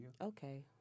Okay